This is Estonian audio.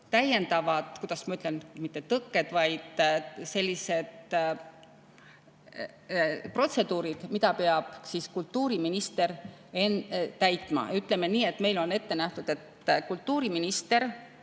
täiendavad, kuidas ma ütlen, mitte tõkked, vaid sellised protseduurid, mida kultuuriminister peab täitma. Ütleme nii, et meil on ette nähtud, et kultuuriminister